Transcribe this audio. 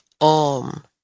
Om